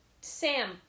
Sam